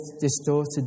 distorted